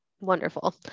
Wonderful